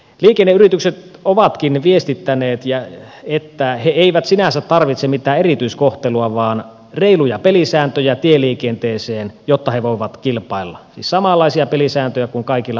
liikenneyritykset ovatkin viestittäneet että he eivät sinänsä tarvitse mitään erityiskohtelua vaan reiluja pelisääntöjä tieliikenteeseen jotta he voivat kilpailla siis samanlaisia pelisääntöjä kuin kaikilla muillakin yrityksillä